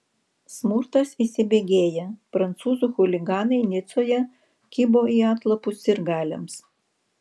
smurtas įsibėgėja prancūzų chuliganai nicoje kibo į atlapus sirgaliams